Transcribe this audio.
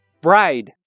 Bride